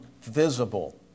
visible